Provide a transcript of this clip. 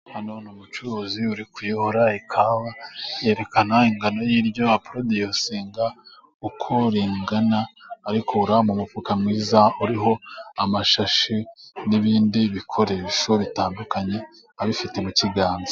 Hano ni umucuruzi uri kuyobora ikawa. Yerekana ingano y'iryo producing uko ringana , arikura mu mufuka mwiza uriho amasashi n'ibindi bikoresho bitandukanye abifite mu kiganza.